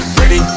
ready